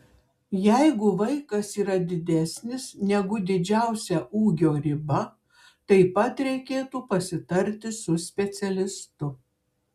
jeigu vaikas yra didesnis negu didžiausia ūgio riba taip pat reikėtų pasitarti su specialistu